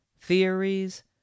theories